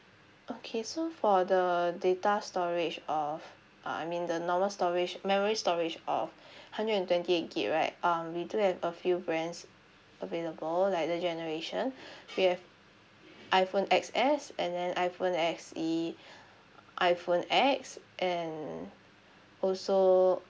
okay so for the data storage of uh I mean the normal storage memory storage of hundred and twenty eight gig right uh we do have a few brands available like the generation we have iphone X_S and then iphone S_E iphone X and also